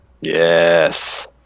Yes